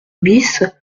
bis